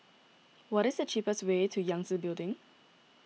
what is the cheapest way to Yangtze Building